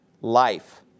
Life